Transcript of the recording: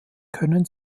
können